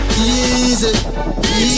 Easy